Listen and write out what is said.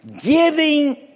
giving